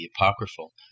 apocryphal